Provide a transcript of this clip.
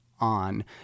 on